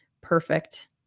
perfect